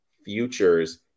Futures